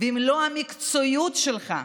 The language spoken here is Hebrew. ואם לא המקצועיות שלך,